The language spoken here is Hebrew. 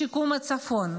לשיקום הצפון,